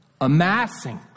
Amassing